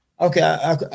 okay